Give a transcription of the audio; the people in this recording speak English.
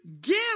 give